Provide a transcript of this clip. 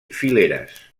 fileres